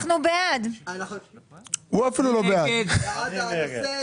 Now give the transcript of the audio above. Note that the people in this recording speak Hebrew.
אנחנו סיכמנו שנעביר את זה כי אחרת זה שוב היה נתקע לעוד חמש שנים,